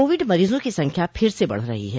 Covid मरीजों की संख्या फिर से बढ रही है